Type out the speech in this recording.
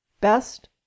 Best